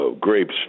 grapes